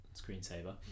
screensaver